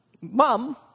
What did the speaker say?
mom